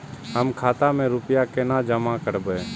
हम खाता में रूपया केना जमा करबे?